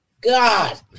God